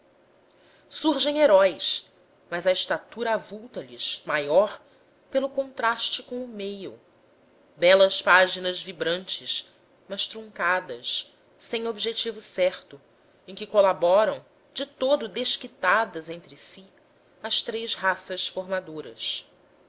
surgem heróis mas a estrutura avulta lhes maior pelo contraste com o meio belas páginas vibrantes mas truncadas sem objetivo certo em que colaboram de todo desquitadas entre si as três raças formadoras